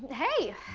hey.